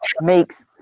makes